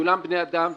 כולם בני אדם,